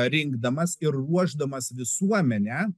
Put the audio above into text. rinkdamas ir ruošdamas visuomenę